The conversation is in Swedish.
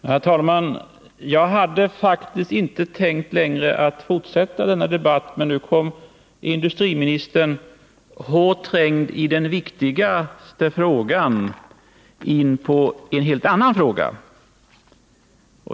Herr talman! Jag hade faktiskt inte tänkt fortsätta den här debatten längre, men nu kom industriministern, hårt trängd i den viktigaste frågan, in på en helt annan fråga.